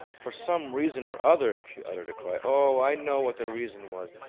for some reason or other! she uttered a cry. oh, i know what the reason was!